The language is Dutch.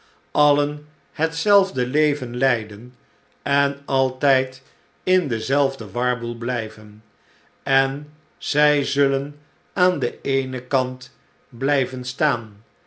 alien hetzelfde leven leiden en altijd in denzelfden warboel blijven en zij zullen aan den denen kant blijven staan